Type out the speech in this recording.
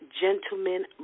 gentlemen